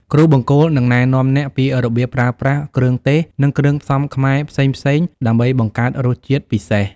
គ្រូបង្គោលនឹងណែនាំអ្នកពីរបៀបប្រើប្រាស់គ្រឿងទេស និងគ្រឿងផ្សំខ្មែរផ្សេងៗ ដើម្បីបង្កើតរសជាតិពិសេស។